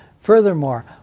Furthermore